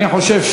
אני חושב,